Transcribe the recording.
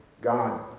God